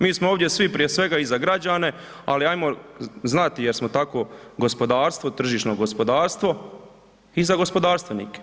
Mi smo ovdje prije svega i za građane, ali ajmo znati jesmo takvo gospodarstvo, tržišno gospodarstvo i za gospodarstvenike.